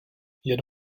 jen